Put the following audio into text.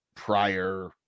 Prior